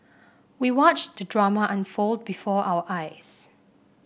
we watched the drama unfold before our eyes